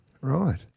Right